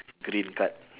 green card